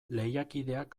lehiakideak